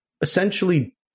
essentially